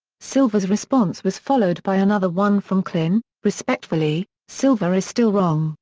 silver's response was followed by another one from klain respectfully, silver is still wrong,